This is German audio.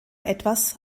etwas